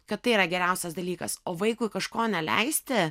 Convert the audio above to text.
kad tai yra geriausias dalykas o vaikui kažko neleisti